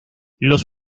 los